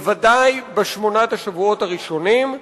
ודאי בשמונת השבועות הראשונים,